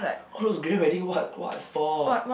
clothes getting wedding what what for